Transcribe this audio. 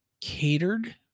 catered